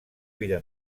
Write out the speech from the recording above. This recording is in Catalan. vida